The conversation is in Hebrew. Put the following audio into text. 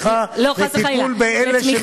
לטיפול באלה שנותנים שירות,